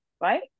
right